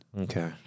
Okay